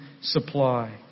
supply